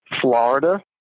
Florida